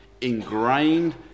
ingrained